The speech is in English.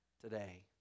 today